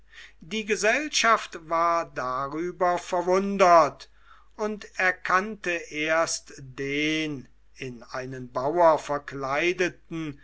die gesellschaft war darüber verwundert und erkannte erst den in einen bauer verkleideten